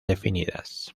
definidas